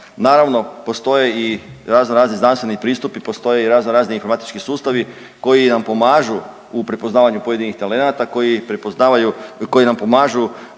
Naravno postoje i raznorazni znanstveni pristupi, postoje i raznorazni informatički sustavi koji nam pomažu u prepoznavanju pojedinih talenata koji nam pomažu